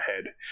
ahead